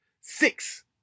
Six